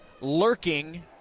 Lurking